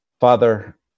Father